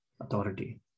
authority